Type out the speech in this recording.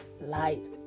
light